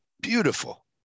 beautiful